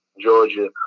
Georgia